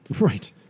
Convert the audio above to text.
Right